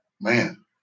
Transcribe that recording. Man